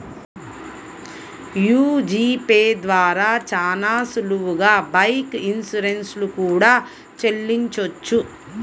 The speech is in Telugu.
యీ జీ పే ద్వారా చానా సులువుగా బైక్ ఇన్సూరెన్స్ లు కూడా చెల్లించొచ్చు